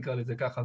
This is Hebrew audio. נקרא לזה ככה,